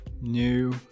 new